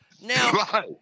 Now